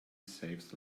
saves